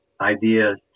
ideas